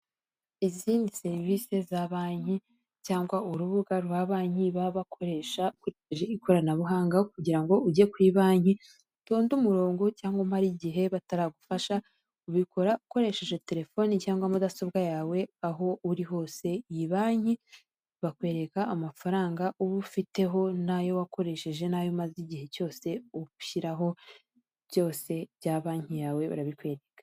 Izindi serivisi za banki cyangwa urubuga rwa banki baba bakoresha ikoranabuhanga aho kugira ngo ujye kuri banki utonde umurongo cyangwa umara igihe bataragufasha ubikora ukoresheje telefoni cyangwa mudasobwa yawe aho uri hose, iyi banki bakwereka amafaranga uba ufiteho n'ayo wakoresheje nayo umaze igihe cyose ushyiraho byose bya banki yawe barabikwereka.